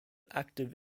active